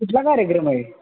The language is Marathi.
कुठला कार्यक्रम आहे